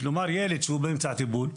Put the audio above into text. כלומר ילד שהוא באמצע הטיפול,